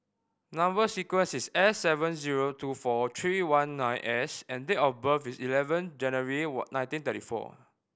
number sequence is S seven zero two four three one nine S and date of birth is eleven January nineteen thirty four